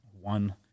one